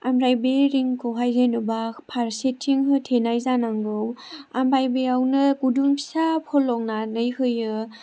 ओमफ्राय बे रिंखौहाय जेनेबा फारसेथिं होथेनाय जानांगौ ओमफ्राय बेयावनो गुदुं फिसा फलंनानै होयो